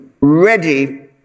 ready